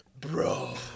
Bro